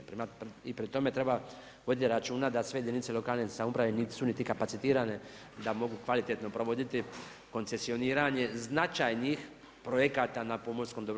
I pri tome treba voditi računa da sve jedinice lokalne samouprave niti su kapacitirane da mogu kvalitetno provoditi koncesioniranje, značajnih projekata na pomorskom dobru.